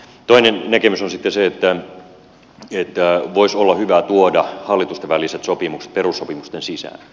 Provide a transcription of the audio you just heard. toinen näkemys on sitten se että voisi olla hyvä tuoda hallitustenväliset sopimukset perussopimusten sisään